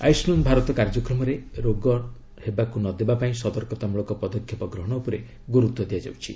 ଆୟୁଷ୍ମାନ୍ ଭାରତ କାର୍ଯ୍ୟକ୍ରମରେ ରୋଗ ହେବାକୁ ନ ଦେବା ପାଇଁ ସତର୍କତାମୃଳକ ପଦକ୍ଷେପ ଗ୍ରହଣ ଉପରେ ଗୁରୁତ୍ୱ ଦିଆଯାଉଛି